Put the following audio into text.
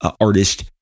artist